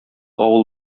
авыл